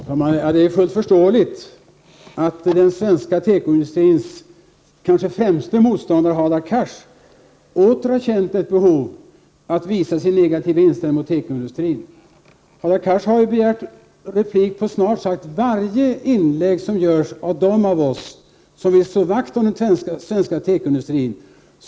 Herr talman! Det är fullt förståeligt att den svenska tekoindustrins kanske främste motståndare, Hadar Cars, åter har känt ett behov att visa sin negativa inställning mot tekoindustrin. Hadar Cars har ju begärt replik på snart sagt varje inlägg som gjorts av dem av oss som vill slå vakt om den svenska tekoindustrin.